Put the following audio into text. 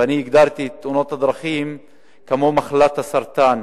ואני הגדרתי את תאונות הדרכים כמחלת הסרטן.